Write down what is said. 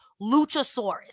Luchasaurus